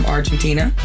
Argentina